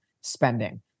spending